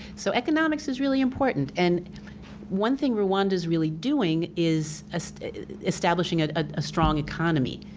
so economics is really important, and one thing rwanda's really doing is ah so establishing ah a strong economy.